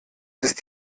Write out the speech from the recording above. ist